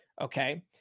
Okay